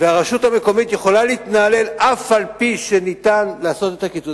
והרשות המקומית יכולה להתנהל אף-על-פי שאפשר לעשות את הקיצוץ,